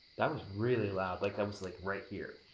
that was really loud, like that was like, right here.